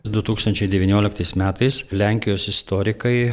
du tūkstančiai devynioliktais metais metais lenkijos istorikai